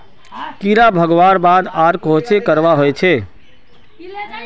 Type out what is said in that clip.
कीड़ा भगवार बाद आर कोहचे करवा होचए?